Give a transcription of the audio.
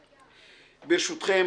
ברשותכם,